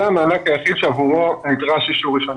זה המענק היחידי שלא נדרש אישור ראשוני.